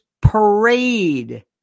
parade